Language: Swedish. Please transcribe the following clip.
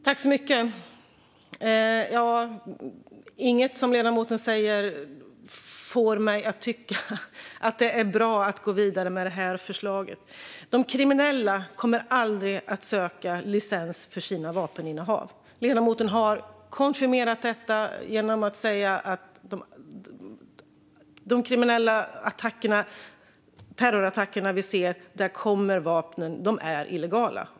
Herr talman! Inget som ledamoten säger får mig att tycka att det är bra att gå vidare med det här förslaget. De kriminella kommer aldrig att söka licens för sina vapeninnehav. Ledamoten har konfirmerat detta genom att säga att vapnen vid de terrorattacker vi ser är illegala.